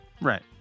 Right